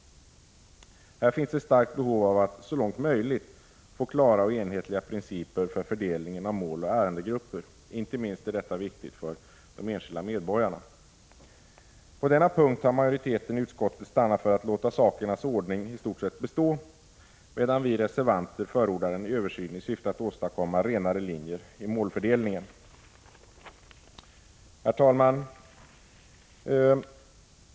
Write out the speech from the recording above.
Här finns ett starkt behov av att så långt möjligt få klara och enhetliga principer för fördelningen av måloch ärendegrupper — detta är inte minst viktigt för de enskilda medborgarna. På denna punkt har majoriteten i utskottet stannat för att låta sakernas ordning i stort sett bestå, medan vi reservanter förordar en översyn i syfte att åstadkomma renare linjer i målfördelningen. Herr talman!